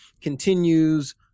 continues